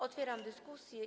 Otwieram dyskusję.